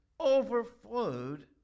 overflowed